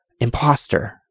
Imposter